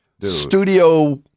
studio